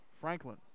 Franklin